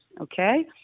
Okay